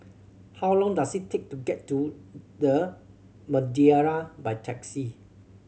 how long does it take to get to The Madeira by taxi